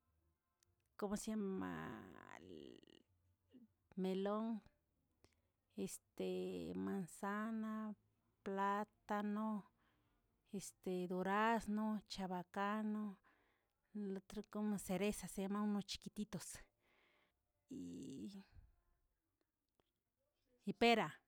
¿como se llama? melon, este mansana, plátano, dorazno, chabakano. el otro como cereza se llama unos chiquititos y pera.